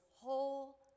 whole